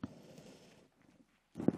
דקות, מכובדי.